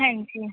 ਹਾਂਜੀ